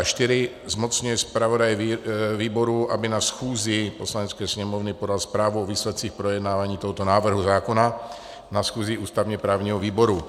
IV. zmocňuje zpravodaje výboru, aby na schůzi Poslanecké sněmovny podal zprávu o výsledcích projednávání tohoto návrhu zákona na schůzi ústavněprávního výboru;